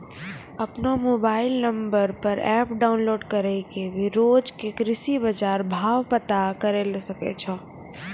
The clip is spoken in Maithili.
आपनो मोबाइल नंबर पर एप डाउनलोड करी कॅ भी रोज के कृषि बाजार भाव पता करै ल सकै छो